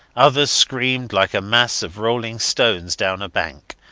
others streamed like a mass of rolling stones down a bank,